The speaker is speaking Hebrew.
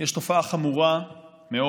יש תופעה חמורה מאוד